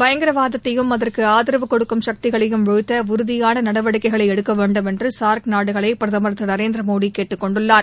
பயங்கரவாதத்தையும் அகுற்கு ஆதரவு கொடுக்கும் சக்திகளையும் வீழ்த்த உறுதியான நடவடிக்கைகளை எடுக்க வேண்டும் என்று சார்க் நாடுகளை பிரதமர் திரு நரேந்திர மோடி கேட்டுக்கொண்டுள்ளார்